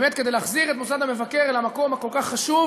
באמת כדי להחזיר את מוסד המבקר למקום הכל-כך חשוב